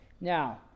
Now